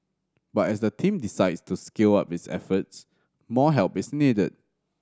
but as the team decides to scale up its efforts more help is needed